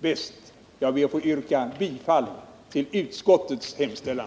bäst. Därför ber jag att få yrka bifall till utskottets hemställan.